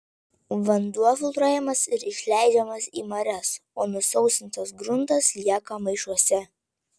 vanduo filtruojamas ir išleidžiamas į marias o nusausintas gruntas lieka maišuose